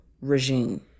regime